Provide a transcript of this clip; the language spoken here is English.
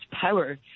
power